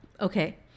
Okay